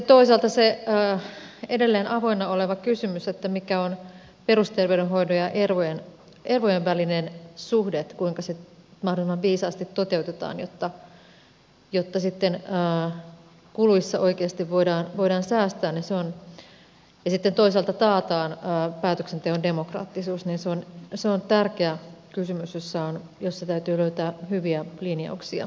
toisaalta se edelleen avoinna oleva kysymys mikä on perusterveydenhoidon ja ervojen välinen suhde kuinka se mahdollisimman viisaasti toteutetaan jotta sitten kuluissa oikeasti voidaan säästää ja sitten toisaalta taataan päätöksenteon demokraattisuus on tärkeä kysymys jossa täytyy löytää hyviä linjauksia syksyllä